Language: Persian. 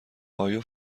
آیا